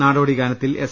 നാടോടി ഗാന ത്തിൽ എസ്